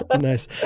Nice